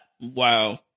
Wow